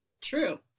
True